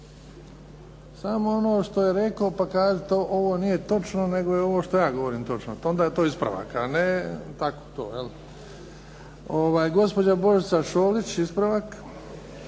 Samo ono što je rekao, pa kazati ovo nije točno, nego je ovo što ja govorim točno. Onda je to ispravak, a ne tako to, jel. Gospođa Božica Šolić, ispravak.